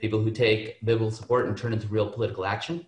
במיוחד האנשים מארה"ב שהתעוררו מאוד מוקדם להגיע וכמובן גם ה-JNS,